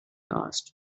asked